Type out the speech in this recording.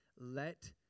let